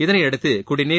இதளையடுத்து குடிநீர்